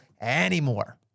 anymore